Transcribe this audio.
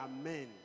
amen